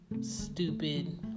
stupid